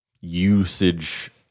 usage